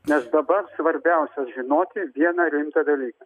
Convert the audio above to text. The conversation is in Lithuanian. nes dabar svarbiausia žinoti vieną rimtą dalyką